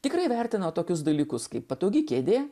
tikrai vertino tokius dalykus kaip patogi kėdė